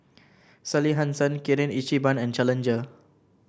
Sally Hansen Kirin Ichiban and Challenger